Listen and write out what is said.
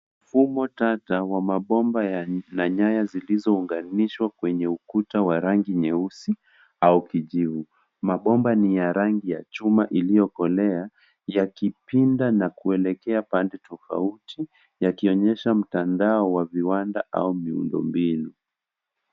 Mfumo tata, wa mabomba na nyaya zilizounganishwa kwenye ukuta wa rangi nyeusi, au kijivu. Mabomba ni ya rangi ya chuma iliokolea, yakipinda na kuelekea pande tofauti, yakionyesha mtandao wa viwanda, au miundo mbinu.